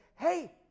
hey